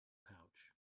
pouch